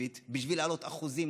ספציפי כדי להעלות אחוזים,